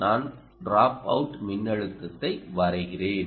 நான் டிராப்அவுட் மின்னழுத்தத்தை வரைகிறேன்